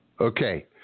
Okay